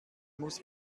muss